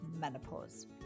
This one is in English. menopause